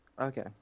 okay